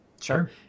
Sure